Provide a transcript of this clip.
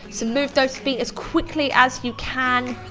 so move those feet as quickly as you can.